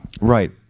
Right